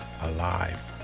alive